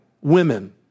women